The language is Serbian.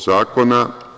Zakona.